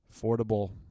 affordable